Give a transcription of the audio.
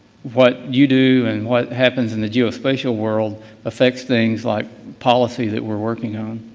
what you do and what happens in the geospatial world affects things like policy that we are working on.